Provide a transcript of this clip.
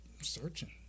searching